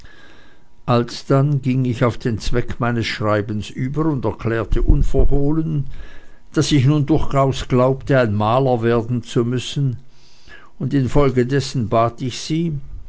alsdann ging ich auf den zweck meines schreibens über und erklärte unverhohlen daß ich nun durchaus glaubte ein maler werden zu müssen und infolgedessen bat ich sie